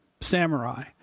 samurai